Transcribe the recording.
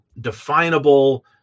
definable